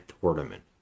tournament